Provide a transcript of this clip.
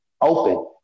open